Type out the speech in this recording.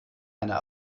einer